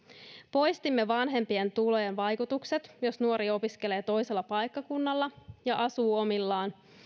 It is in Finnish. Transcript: poistimme vanhempien tulojen vaikutukset jos nuori opiskelee toisella paikkakunnalla ja asuu omillaan